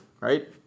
Right